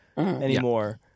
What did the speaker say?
anymore